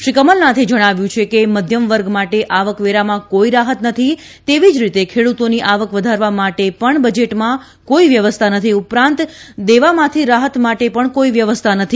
શ્રી કમલનાથે જણાવ્યું છે કે મધ્યમ વર્ગ માટે આવકવેરામાં કોઈ રાહત નથી તેવી જ રીતે ખેડુતોની આવક વધારવા માટે પણ બજેટમાં કોઈ વ્યવસ્થા નથી ઉપરાંત દેવામાંથી રાહત માટે પણ કોઈ વ્યવસ્થા નથી